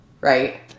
right